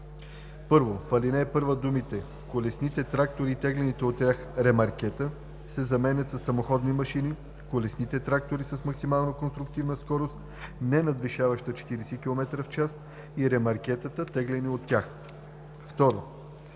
1. В ал. 1 думите „колесните трактори и теглените от тях ремаркета“ се заменят със „самоходните машини, колесните трактори с максимална конструктивна скорост, ненадвишаваща 40 km/h и ремаркетата, теглени от тях“.